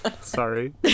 sorry